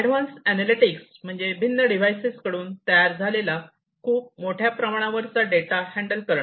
advance analytics म्हणजे भिन्न devices कडून तयार झालेला खूप मोठ्या प्रमाणावर चा डेटा हँडल करणे